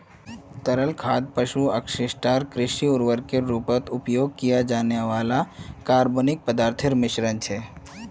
तरल खाद पशु अपशिष्ट आर कृषि उर्वरकेर रूपत उपयोग किया जाने वाला कार्बनिक पदार्थोंर मिश्रण छे